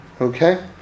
okay